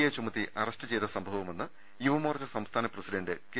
A ചുമത്തി arrest ചെയ്ത് സംഭവമെന്ന് യുവമോർച്ചു സംസ്ഥാന പ്രസിഡന്റ് കെ